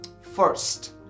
First